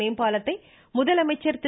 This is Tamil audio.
மேம்பாலத்தை முதலமைச்சர் திரு